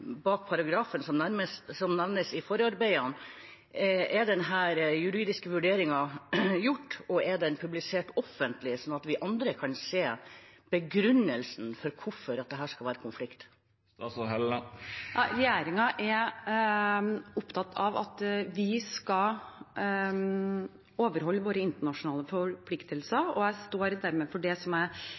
bak paragrafen som nevnes i forarbeidene? Er denne juridiske vurderingen gjort, og er den publisert offentlig, slik at vi andre kan se begrunnelsen for at det her skal være konflikt? Regjeringen er opptatt av at vi skal overholde våre internasjonale forpliktelser, og jeg står dermed for det som